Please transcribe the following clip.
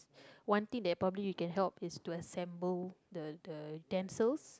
one thing that probably you can help is to assemble the the utensils